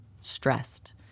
stressed